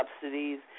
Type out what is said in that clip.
subsidies